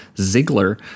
Ziegler